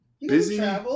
busy